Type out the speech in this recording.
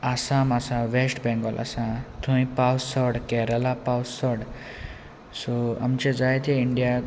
आसाम आसा West Bengal आसा थंय पावस चड केरला पावस चड सो आमचे जाय ते इंडियाक